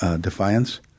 defiance